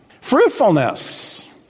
Fruitfulness